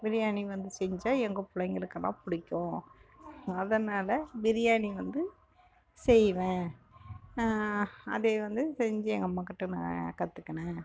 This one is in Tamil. பிரியாணி வந்து செஞ்சால் எங்கள் பிள்ளைங்களுக்கெல்லாம் பிடிக்கும் அதனால் பிரியாணி வந்து செய்வேன் அதை வந்து செஞ்சு எங்கள் அம்மாகிட்ட நான் கற்றுக்கினேன்